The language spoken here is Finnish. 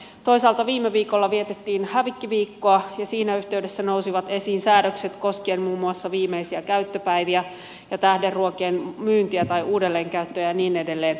toisaalta viime viikolla vietettiin hävikkiviikkoa ja siinä yhteydessä nousivat esiin säädökset koskien muun muassa viimeisiä käyttöpäiviä ja tähderuokien myyntiä tai uudelleenkäyttöä ja niin edelleen